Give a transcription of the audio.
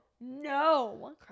No